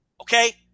okay